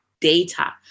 data